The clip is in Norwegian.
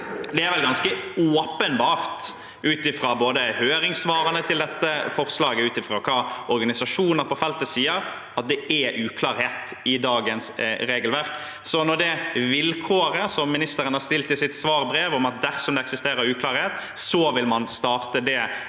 Det er vel ganske åpenbart ut fra høringssvarene til dette forslaget og ut fra hva organisasjoner på feltet sier, at det er uklarhet i dagens regelverk. Så med det vilkåret statsråden har satt i sitt svarbrev – at dersom det eksisterer uklarhet, vil man starte det